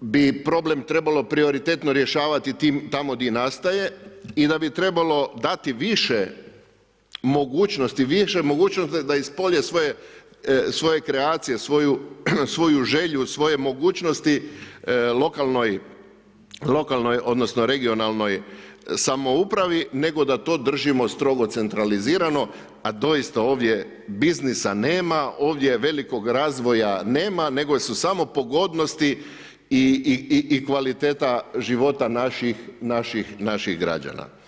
bi problem trebalo prioritetno rješavati tamo di nastaje i da bi trebalo dati više mogućnosti, više mogućnosti da ispolje svoje kreacije, svoju želju, svoje mogućnosti lokalnoj odnosno regionalnoj samoupravi nego da to držimo strogo centralizirano, a doista ovdje biznisa nema, ovdje velikog razvoja nema nego su samo pogodnosti i kvaliteta života naših građana.